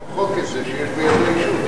תמחק את זה שיש בידו אישור,